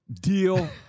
Deal